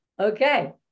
Okay